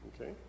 Okay